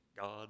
God